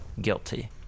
guilty